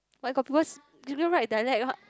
but got people people write dialect one